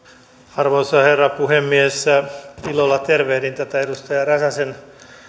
arvoisa herra puhemies ilolla tervehdin tätä edustaja räsäsen